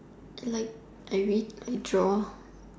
I like I read I draw